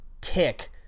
tick